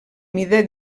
mida